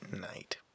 night